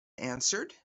answered